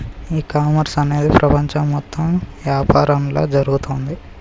ఈ కామర్స్ అనేది ప్రపంచం మొత్తం యాపారంలా జరుగుతోంది